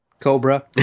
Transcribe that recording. Cobra